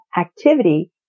activity